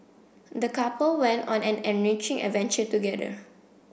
the couple went on an enriching adventure together